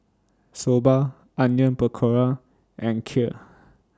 Soba Onion Pakora and Kheer